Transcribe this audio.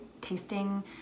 Tasting